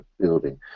building